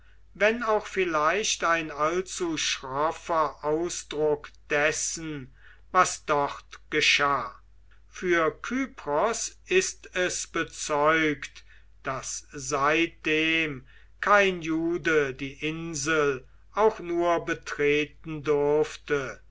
wenn auch vielleicht ein allzu schroffer ausdruck dessen was dort geschah für kypros ist es bezeugt daß seitdem kein jude die insel auch nur betreten durfte